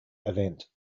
event